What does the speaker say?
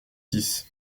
six